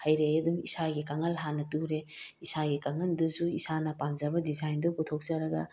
ꯍꯩꯔꯛꯑꯦ ꯏꯁꯥꯒꯤ ꯀꯥꯡꯈꯟ ꯍꯥꯟꯅ ꯇꯨꯔꯦ ꯏꯁꯥꯒꯤ ꯀꯥꯡꯈꯟꯗꯨꯁꯨ ꯏꯁꯥꯅ ꯄꯥꯝꯖꯕ ꯗꯤꯖꯥꯏꯟꯗꯨ ꯄꯨꯊꯣꯛꯆꯔꯒ